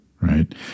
right